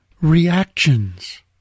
reactions